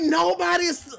nobody's